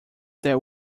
that